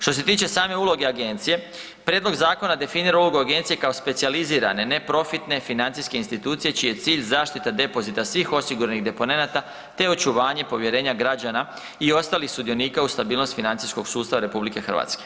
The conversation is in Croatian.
Što se tiče same uloge agencije, prijedlog zakona definira ulogu agencije kao specijalizirane neprofitne financijske institucije čiji je cilj zaštita depozita svih osiguranih deponenata te očuvanje povjerenja građana i ostalih sudionika uz stabilnost financijskog sustava RH.